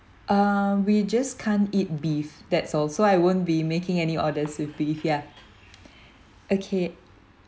uh we just can't eat beef that's all so I won't be making any orders with beef yeah